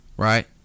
Right